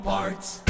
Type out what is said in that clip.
Parts